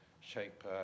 shape